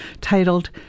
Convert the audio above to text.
titled